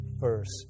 first